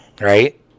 right